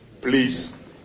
please